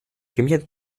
комитет